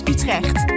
Utrecht